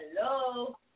Hello